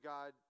God